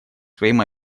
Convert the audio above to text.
своим